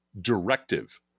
directive